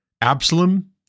Absalom